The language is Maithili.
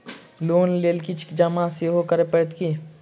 लोन लेल किछ जमा सेहो करै पड़त की?